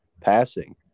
passing